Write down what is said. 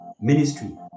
ministry